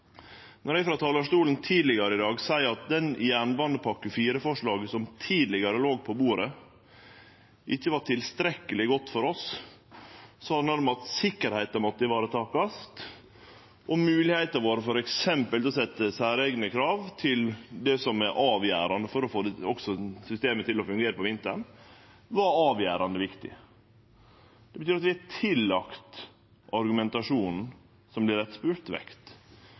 Frå talarstolen tidlegare i dag sa eg at det jernbanepakke IV-forslaget som tidlegare låg på bordet, ikkje var tilstrekkeleg godt for oss – sikkerheita måtte varetakast, og moglegheita vår til f.eks. å setje særeigne krav til det som er avgjerande for å få systemet til å fungere også på vinteren, var avgjerande viktig. Det betyr at vi har lagt vekt på argumentasjonen som